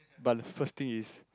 but the first thing is